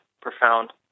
profound